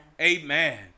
Amen